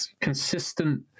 consistent